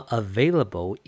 available